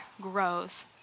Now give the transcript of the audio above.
grows